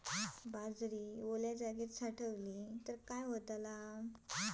बाजरी वल्या जागेत साठवली तर काय होताला?